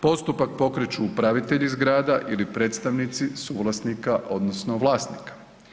Postupak pokreću upravitelji zgrada ili predstavnici suvlasnika odnosno vlasnika.